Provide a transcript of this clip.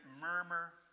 murmur